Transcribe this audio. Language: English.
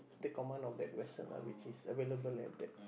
take command of that vessel which is available at that